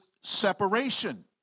separation